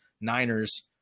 Niners